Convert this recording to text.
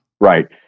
Right